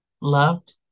Loved